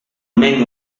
men